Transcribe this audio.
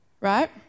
right